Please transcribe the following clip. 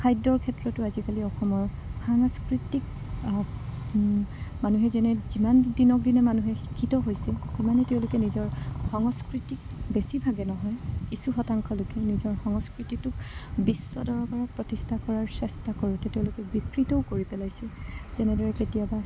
খাদ্যৰ ক্ষেত্ৰতো আজিকালি অসমৰ সাংস্কৃতিক মানুহে যেনে যিমান দিনক দিনে মানুহে শিক্ষিত হৈছে অকমানে তেওঁলোকে নিজৰ সংস্কৃতিক বেছিভাগে নহয় কিছু শতাংশ লোকে নিজৰ সংস্কৃতিটোক বিশ্বদৰবাৰত প্ৰতিষ্ঠা কৰাৰ চেষ্টা কৰোঁতে তেওঁলোকে বিকৃতও কৰি পেলাইছে যেনেদৰে কেতিয়াবা